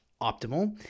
optimal